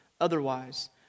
Otherwise